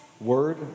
word